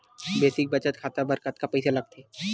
Basic बचत खाता बर कतका पईसा लगथे?